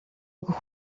өгөх